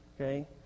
Okay